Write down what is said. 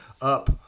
up